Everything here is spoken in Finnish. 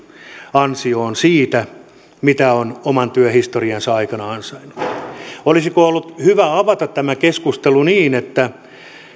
ansioon siitä mitä on oman työhistoriansa aikana ansainnut niin olisiko ollut hyvä avata tämä keskustelu niin että